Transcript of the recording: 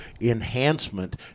enhancement